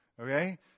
Okay